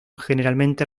generalmente